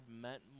meant